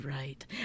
right